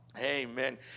Amen